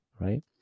right